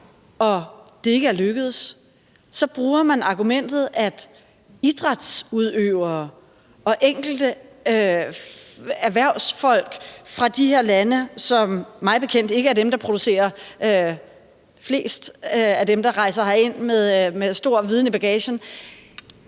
hvor det ikke er lykkedes, så bruger man argumentet, at idrætsudøvere og enkelte erhvervsfolk fra de her lande, som mig bekendt ikke er dem, der producerer flest af dem, der rejser hertil med stor viden i bagagen,